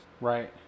right